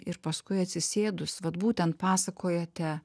ir paskui atsisėdus vat būtent pasakojate